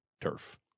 turf